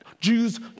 Jews